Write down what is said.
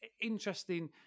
interesting